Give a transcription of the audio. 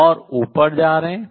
और ऊपर जा रहे हैं